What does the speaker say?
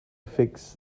fix